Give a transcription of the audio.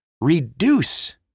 reduce